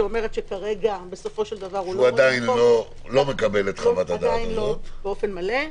שאומרת שהוא עדיין לא מקבל את חוות הדעת הזו באופן מלא.